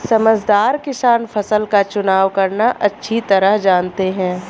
समझदार किसान फसल का चुनाव करना अच्छी तरह जानते हैं